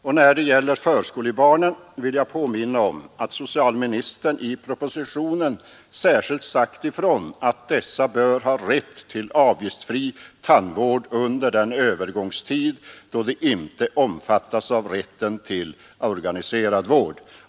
Och när det gäller förskolebarnen vill jag påminna om att socialministern i propositionen särskilt sagt ifrån att dessa bör ha rätt till avgiftsfri tandvård under den övergångstid då de inte omfattas av rätten till organiserad vård.